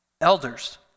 elders